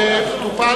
אדוני